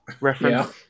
reference